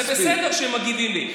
זה בסדר שהם מגיבים לי.